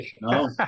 no